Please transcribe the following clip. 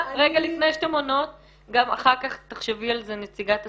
גם אחר כך תחשבי על זה, נציגת הצבא,